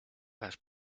las